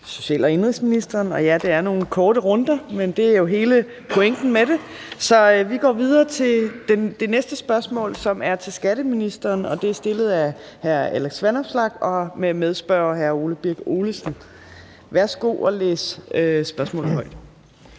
social- og indenrigsministeren. Det er nogle korte runder, men det er jo hele pointen med det. Så vi går videre til det næste spørgsmål, som er til skatteministeren. Det er stillet af hr. Alex Vanopslagh, og medspørger er hr. Ole Birk Olesen. Kl. 15:28 Spm. nr.